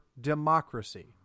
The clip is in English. democracy